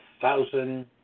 thousand